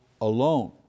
alone